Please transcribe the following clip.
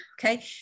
Okay